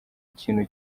ikintu